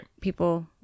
people